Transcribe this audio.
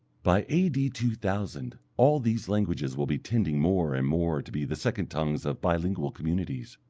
by a d. two thousand all these languages will be tending more and more to be the second tongues of bi-lingual communities,